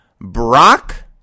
Brock